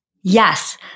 Yes